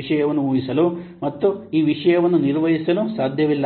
ವಿಷಯವನ್ನು ಊಹಿಸಲು ಮತ್ತು ಈ ವಿಷಯವನ್ನು ನಿರ್ವಹಿಸಲು ಸಾಧ್ಯವಿಲ್ಲ